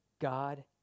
God